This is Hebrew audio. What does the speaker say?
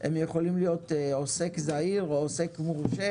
הם יכולים להיות עוסק זעיר או עוסק מורשה,